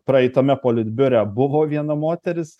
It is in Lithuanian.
praeitame politbiure buvo viena moteris